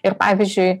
ir pavyzdžiui